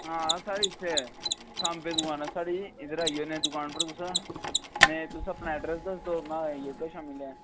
आं साढ़ी इत्थें सांबा दुकान ऐ साढ़ी इद्धर आई जाना दुकान पर इत्थें ते तुस अपना एड्रेस दस्सो में आई जाह्गा शामीं लै